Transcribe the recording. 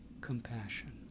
compassion